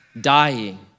dying